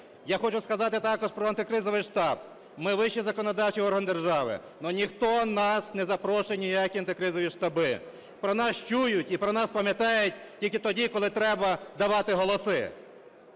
Я хочу сказати також про антикризовий штаб. Ми – вищий законодавчий орган держави, але ніхто нас не запрошує в ніякі антикризові штаби. Про нас чують і про нас пам'ятають тільки тоді, коли треба давати голоси.